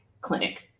clinic